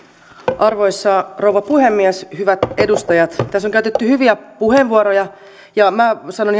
arvoisa rouva puhemies hyvät edustajat tässä on käytetty hyviä puheenvuoroja ja minä sanon